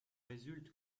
résulte